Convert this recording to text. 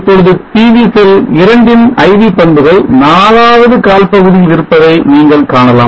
இப்பொழுது PV cell 2 ன் IV பண்புகள் நாலாவது கால் பகுதியில் இருப்பதை நீங்கள் காணலாம்